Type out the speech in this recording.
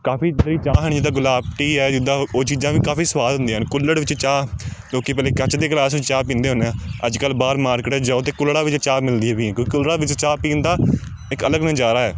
ਕਾਫ਼ੀ ਜਿਹੜੀ ਚਾਹ ਹੈਨੀ ਜਿੱਦਾਂ ਗੁਲਾਬ ਟੀ ਹੈ ਜਿੱਦਾਂ ਉਹ ਚੀਜ਼ਾਂ ਵੀ ਕਾਫ਼ੀ ਸਵਾਦ ਹੁੰਦੀਆਂ ਹਨ ਕੁੱਲ੍ਹੜ ਵਿੱਚ ਚਾਹ ਲੋਕ ਪਹਿਲਾਂ ਕੱਚ ਦੇ ਗਲਾਸ ਵਿੱਚ ਚਾਹ ਪੀਂਦੇ ਹੁੰਦੇ ਆ ਅੱਜ ਕੱਲ੍ਹ ਬਾਹਰ ਮਾਰਕਿਟਾਂ 'ਚ ਜਾਓ ਅਤੇ ਕੁੱਲ੍ਹੜਾਂ ਵਿੱਚ ਚਾਹ ਮਿਲਦੀਆਂ ਪਈਆਂ ਕਿਉਂਕਿ ਕੁੱਲ੍ਹੜਾਂ ਵਿੱਚ ਚਾਹ ਪੀਣ ਦਾ ਇੱਕ ਅਲਗ ਨਜ਼ਾਰਾ ਹੈ